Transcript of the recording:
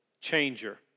changer